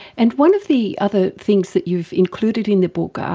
and one of the other things that you've included in the book are,